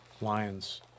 Lions